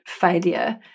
failure